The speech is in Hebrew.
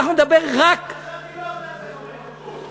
אנחנו נדבר רק, עכשיו דיברת על זה חמש דקות.